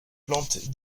plantes